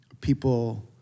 people